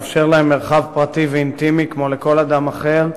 לאפשר להם מרחב פרטי ואינטימי כמו לכל אדם אחר,